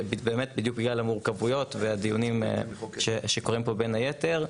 בדיוק בגלל המורכבויות והדיונים שקורים פה בין היתר.